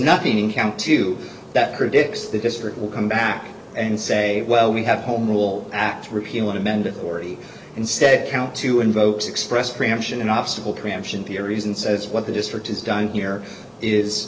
nothing in camp two that predicts the district will come back and say well we have home rule act repealed amend already instead count two invokes express preemption an obstacle preemption theories and says what the district has done here is